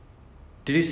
mm